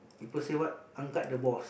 people say what angkat the boss